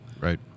Right